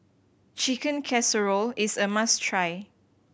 Chicken Casserole is a must try